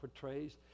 portrays